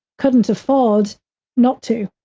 couldn't afford not to.